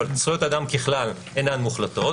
אבל זכויות אדם ככלל אינן מוחלטות.